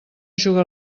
juga